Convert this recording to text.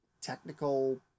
technical